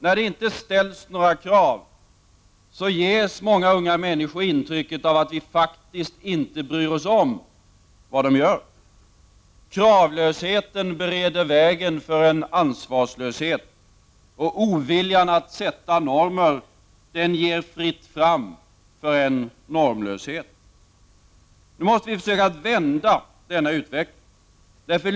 När det inte ställs några krav, ges många unga människor intrycket av att vi faktiskt inte bryr oss om vad de gör. Kravlösheten bereder vägen för en ansvarslöshet, och oviljan att sätta normer ger fritt fram för en normlöshet. Nu måste vi försöka vända denna utveckling.